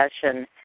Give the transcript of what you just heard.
discussion